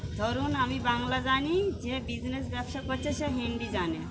ধরুন আমি বাংলা জানি যে বিজনেস ব্যবসা করছে সে হিন্দি জানে